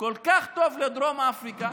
כל כך טוב עם דרום אפריקה